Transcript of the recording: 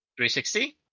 360